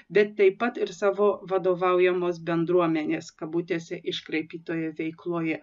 bet taip pat ir savo vadovaujamos bendruomenės kabutėse iškraipytoje veikloje